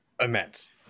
immense